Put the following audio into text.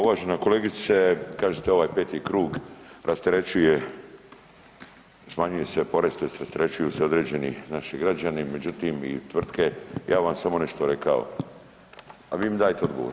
Uvažena kolegice, kažete ovaj peti krug rasterećuje, smanjuje se porez tj. rasterećuju se određeni naši građani, međutim i tvrtke ja bi vam samo nešto rekao, a vi mi dajte odgovor.